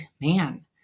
man